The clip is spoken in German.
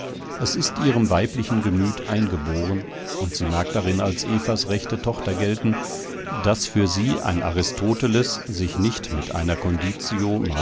es ist ihrem weiblichen gemüt eingeboren und sie mag darin als evas rechte tochter gelten daß für sie ein aristoteles sich nicht mit einer conditio